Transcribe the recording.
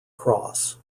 cross